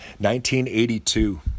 1982